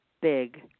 big